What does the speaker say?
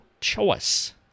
Choice